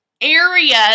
areas